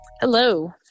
Hello